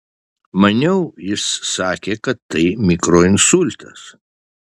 maniau jis sakė kad tai mikroinsultas